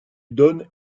donne